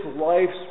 life's